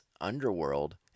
underworld